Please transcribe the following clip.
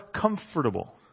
comfortable